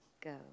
go